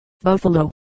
Buffalo